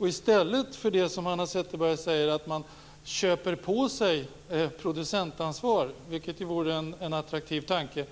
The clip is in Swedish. just till en juridisk person. Hanna Zetterberg talade om att "köpa på sig" producentansvar, vilket ju är en attraktiv tanke.